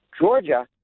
Georgia